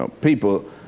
People